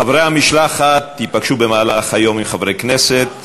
חברי המשלחת ייפגשו במהלך היום עם חברי כנסת.